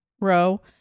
row